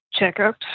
checkups